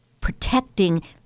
protecting